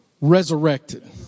resurrected